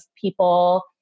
people